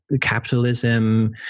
capitalism